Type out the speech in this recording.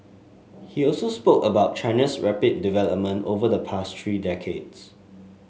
he also spoke about China's rapid development over the past three decades